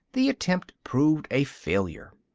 the attempt proved a failure.